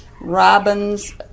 robins